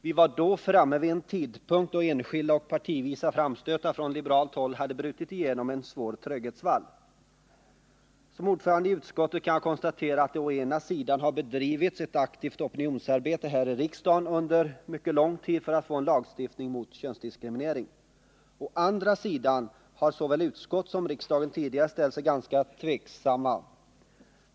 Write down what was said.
Vi var då framme vid en tidpunkt då enskilda och partivisa framstötar från liberalt håll hade brutit igenom en svår tröghetsvall. Som ordförande i arbetsmarknadsutskottet kan jag konstatera att det å ena sidan har bedrivits ett aktivt opinionsarbete här i riksdagen under mycket lång tid för att få en lagstiftning mot könsdiskriminering. Å andra sidan har såväl utskott som riksdag tidigare ställt sig ganska tveksamma.